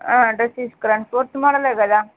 dress తీసుకురండి coat మోడలే కదా